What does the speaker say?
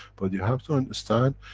but you have to understand,